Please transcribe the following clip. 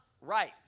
right